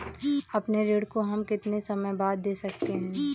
अपने ऋण को हम कितने समय बाद दे सकते हैं?